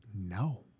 No